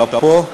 שאפו,